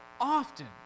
often